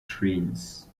trains